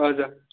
हजुर